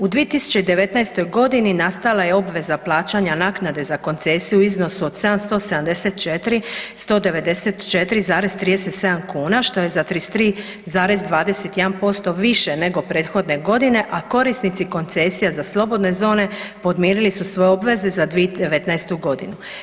U 2019. g. nastala je obveza plaćanja naknade za koncesiju u iznosu od 774, 194,37 kn što je za 33,21% više nego prethodne godine a korisnici koncesija za slobodne zone podmirili su svoje obveze za 2019. godinu.